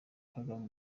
kagame